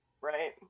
right